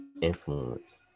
influence